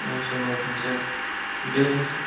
ம் சார் ஓகேங்க சார் டேட்டுங்க சார்